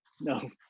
no